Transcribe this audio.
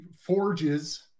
forges